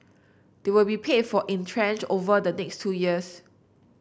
they will be paid for in tranches over the next two years